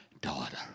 daughter